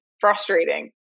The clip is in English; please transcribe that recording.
frustrating